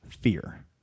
fear